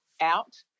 out